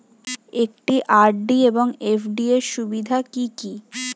একটি আর.ডি এবং এফ.ডি এর সুবিধা কি কি?